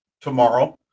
Tomorrow